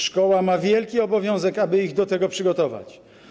Szkoła ma wielki obowiązek, aby ich do tego przygotować.